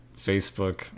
Facebook